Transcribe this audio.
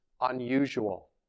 unusual